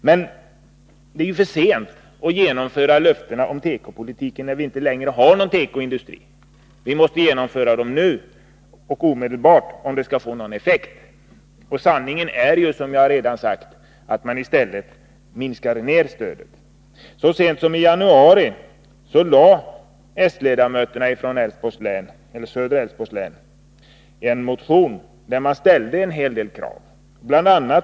Men det är ju för sent att genomföra löftena i fråga om tekopolitiken, när vi inte längre har någon tekoindustri. Vi måste genomföra dem omedelbart, om det skall bli någon effekt. Sanningen är, som jag redan har sagt, att man i stället minskar ned stödet. Så sent som i januari i år väckte de socialdemokratiska ledamöterna från Älvsborgs läns södra valkrets en motion, där en hel del krav framfördes. Bl. a.